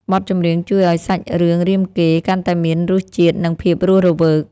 បទចម្រៀងជួយឱ្យសាច់រឿងរាមកេរ្តិ៍កាន់តែមានរសជាតិ និងភាពរស់រវើក។